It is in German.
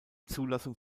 zulassung